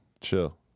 chill